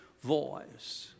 voice